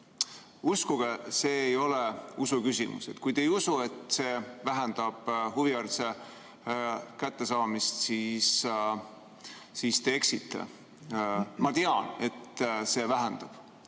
Uskuge, see ei ole usu küsimus. Kui te ei usu, et see vähendab huvihariduse kättesaamist, siis te eksite. Ma tean, et vähendab.